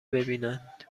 ببینند